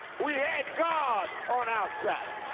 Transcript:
we had god on our side.